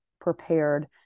Prepared